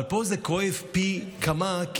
אבל פה זה כואב פי כמה,